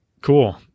Cool